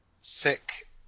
Sick